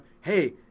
hey